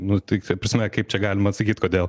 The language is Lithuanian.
nu tai ta prasme kaip čia galima atsakyt kodėl